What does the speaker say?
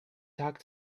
talk